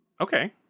Okay